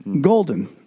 Golden